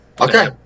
Okay